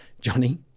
Johnny